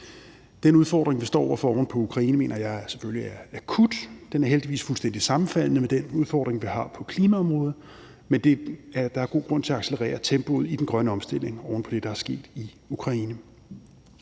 Den udfordring, vi står over for oven på Ukraine, mener jeg selvfølgelig er akut, og den er heldigvis fuldstændig sammenfaldende med den udfordring, vi har på klimaområdet, men der er god grund til at accelerere tempoet i den grønne omstilling oven på det, der er sket i Ukraine.